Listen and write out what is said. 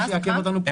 שיעכב אותנו פה.